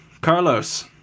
Carlos